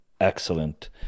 excellent